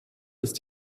ist